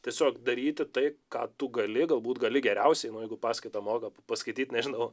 tiesiog daryti tai ką tu gali galbūt gali geriausiai o jeigu paskaitą moka paskaityt nežinau